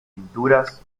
pinturas